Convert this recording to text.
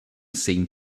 seemed